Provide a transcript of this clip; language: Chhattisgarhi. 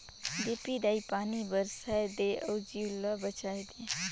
देपी दाई पानी बरसाए दे अउ जीव ल बचाए दे